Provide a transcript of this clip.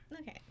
okay